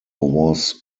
was